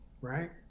right